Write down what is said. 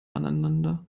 aneinander